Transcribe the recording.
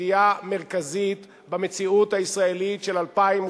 בסוגיה מרכזית במציאות הישראלית של 2012,